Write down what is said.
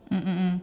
mm mm mm